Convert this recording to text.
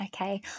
Okay